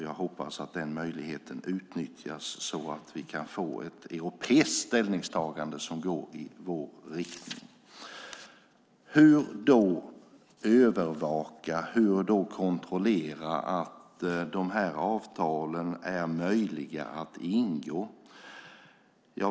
Jag hoppas att denna möjlighet utnyttjas så att vi kan få ett europeiskt ställningstagande som går i vår riktning. Hur övervakar och kontrollerar vi att avtalen är möjliga att ingå?